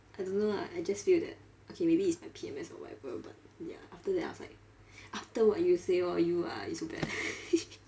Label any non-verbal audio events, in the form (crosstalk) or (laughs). I don't know lah I just feel that okay maybe it's my P_M_S or whatever but ya after that I was like after what you say !wow! you are you so bad (laughs)